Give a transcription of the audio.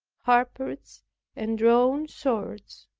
halberts and drawn swords,